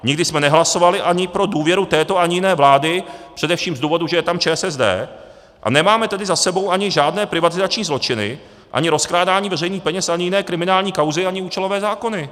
Nikdy jsme nehlasovali ani pro důvěru této ani jiné vlády, především z důvodu, že je tam ČSSD, a nemáme tedy za sebou ani žádné privatizační zločiny, ani rozkrádání veřejných peněz, ani jiné kriminální kauzy, ani účelové zákony.